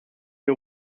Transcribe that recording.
who